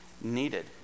needed